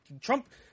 Trump